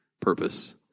Purpose